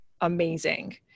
amazing